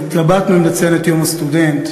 התלבטנו אם לציין את יום הסטודנט,